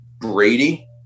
Brady